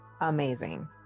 amazing